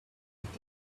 tears